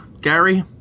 gary